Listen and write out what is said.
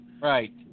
Right